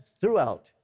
throughout